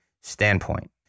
standpoint